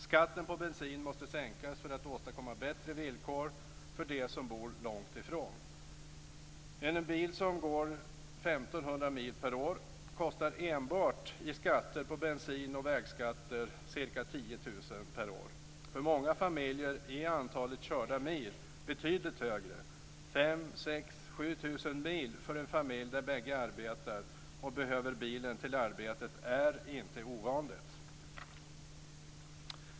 Skatten på bensin måste sänkas för att åstadkomma bättre villkor för dem som bor långt ifrån. En bil som går 1 500 mil per år kostar enbart i skatter på bensin och vägskatter ca 10 000 kr per år. För många familjer är antalet körda mil betydligt högre. 5 000, 6 000, 7 000 mil för en familj där bägge arbetar och behöver bilen till arbetet är inte ovanligt.